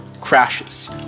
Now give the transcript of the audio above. crashes